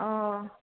অ